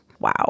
Wow